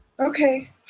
okay